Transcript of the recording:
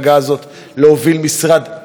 להוביל משרד כל כך חשוב.